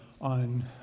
on